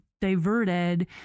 diverted